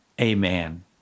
Amen